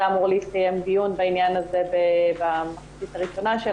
אמור להתקיים דיון בעניין הזה במחצית הראשונה של